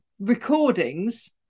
recordings